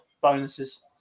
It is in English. bonuses